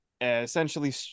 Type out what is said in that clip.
essentially